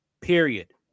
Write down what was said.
Period